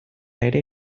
ere